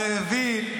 אלפי ילדים.